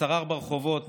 ששרר ברחובות